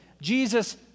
Jesus